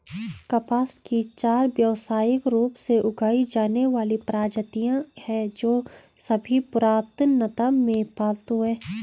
कपास की चार व्यावसायिक रूप से उगाई जाने वाली प्रजातियां हैं, जो सभी पुरातनता में पालतू हैं